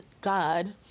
God